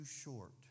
short